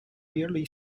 rarely